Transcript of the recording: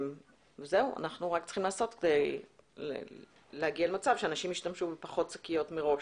אנחנו רק צריכים להגיע למצב שאנשים ישתמשו בפחות שקיות מראש,